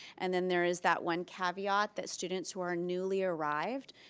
and then there is that one caveat that students who are newly arrived,